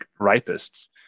rapists